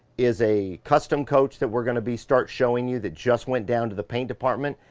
is a custom coach, that we're gonna be start showing you, that just went down to the paint department,